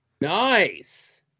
Nice